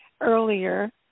earlier